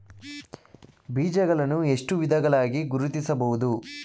ಬೀಜಗಳನ್ನು ಎಷ್ಟು ವಿಧಗಳಾಗಿ ಗುರುತಿಸಬಹುದು?